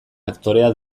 aktorea